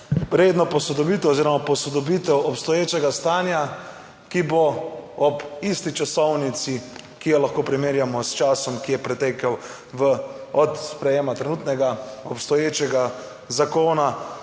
Redno posodobitev oziroma posodobitev obstoječega stanja, ki bo ob isti časovnici, ki jo lahko primerjamo s časom, ki je pretekel od sprejema trenutnega obstoječega zakona